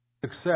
Success